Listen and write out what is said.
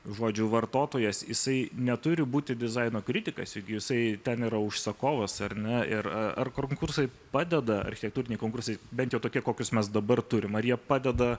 žodžiu vartotojas jisai neturi būti dizaino kritikas juk jisai ten yra užsakovas ar ne ir ar konkursai padeda architektūriniai konkursai bent jau tokie kokius mes dabar turim ar jie padeda